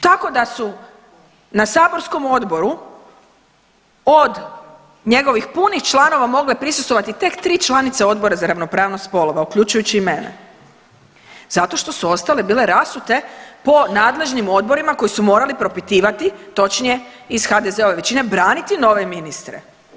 Tako da su na saborskom odboru od njegovih punih članova mogle prisustvovati tek 3 članice Odbora za ravnopravnost spolova uključujući i mene zato što su ostale bile rasute po nadležnim odborima koji su morali propitivati, točnije iz HDZ-ove većine braniti nove ministre.